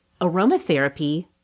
aromatherapy